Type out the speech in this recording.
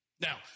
Now